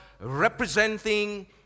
representing